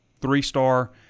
three-star